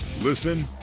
Listen